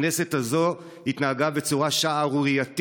הכנסת הזו התנהגה בצורה שערורייתית.